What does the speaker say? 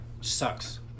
sucks